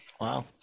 Wow